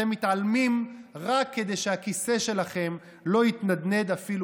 אתם מתעלמים רק כדי שהכיסא שלכם לא יתנדנד אפילו